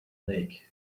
lake